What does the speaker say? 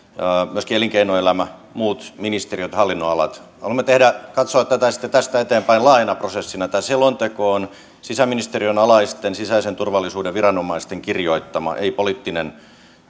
myöskin elinkeinoelämä muut ministeriöt ja hallinnonalat haluamme katsoa tätä sitten tästä eteenpäin laajana prosessina tämä selonteko on sisäministeriön alaisten sisäisen turvallisuuden viranomaisten kirjoittama ei poliittinen